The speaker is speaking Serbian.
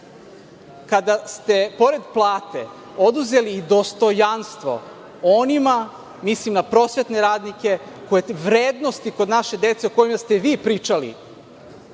kada ste pored plate oduzeli i dostojanstvo, onima, mislim na prosvetne radnike, vrednosti kod naše dece o kojima ste vi pričali,